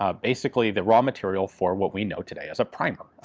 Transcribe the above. ah basically the raw material for what we know today as a primer,